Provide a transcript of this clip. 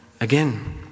again